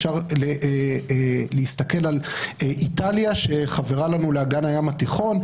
אפשר להסתכל על איטליה שחברה לנו לאגן הים התיכון,